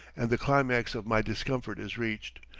and the climax of my discomfort is reached,